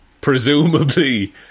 Presumably